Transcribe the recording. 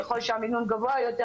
ככל שהמינון גבוה יותר,